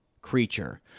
creature